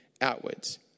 outwards